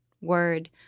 word